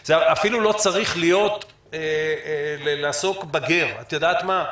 זה אפילו לא צריך להיות לעסוק בגר, את יודעת מה?